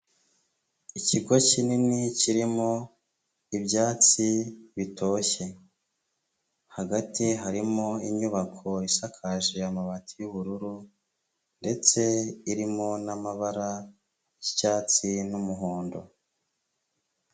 Ikigo kinini kirimo ibyatsi bitoshye, hagati harimo inyubako isakaje amabati y'ubururu, ndetse irimo n'amabara y'icyatsi n'umuhondo.